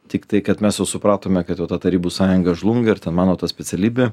tiktai kad mes jau supratome kad jau tarybų sąjunga žlunga ir ten mano specialybė